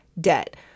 debt